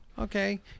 okay